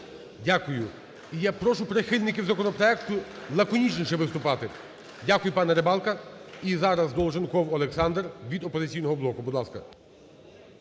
Дякую. Я прошу прихильників законопроекту лаконічніше виступати. Дякую, пане Рибалка. І заразДолженков Олександр від "Опозиційного блоку". Будь ласка.